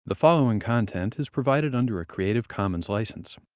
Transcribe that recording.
the following content is provided under a creative commons license.